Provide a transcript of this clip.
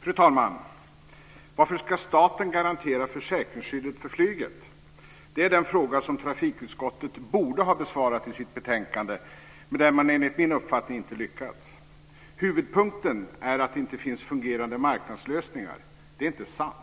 Fru talman! Varför ska staten garantera försäkringsskyddet för flyget? Det är den fråga som trafikutskottet borde ha besvarat i sitt betänkande, men det har man enligt min uppfattning inte lyckats med. Huvudpunkten är att det inte finns fungerande marknadslösningar. Det är inte sant.